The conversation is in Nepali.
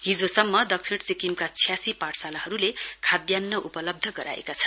हिजोसम्म दक्षिण सिक्किमका छ्यासी पाठशालाहरुले खाद्यान्न उपलब्ध गराएका छन्